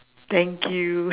thank you